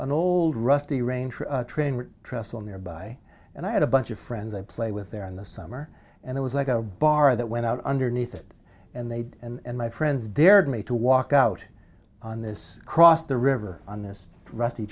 an old rusty ranger train trestle nearby and i had a bunch of friends i play with there in the summer and it was like a bar that went out underneath it and they'd and my friends dared me to walk out on this cross the river on this rusty